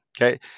okay